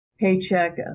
paycheck